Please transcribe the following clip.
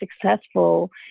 successful